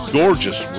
gorgeous